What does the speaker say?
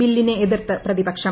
ബില്ലിനെ എതിർത്ത് പ്രതിപക്ഷം